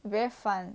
very fun